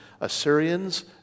Assyrians